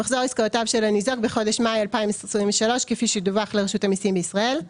מחזור עסקאותיו של הניזוק בחודש מאי 2023 כפי שדווח לרשות המסים בישראל,